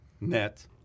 net